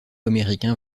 américain